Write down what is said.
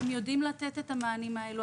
הם יודעים לתת את המענים האלה.